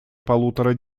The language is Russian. полутора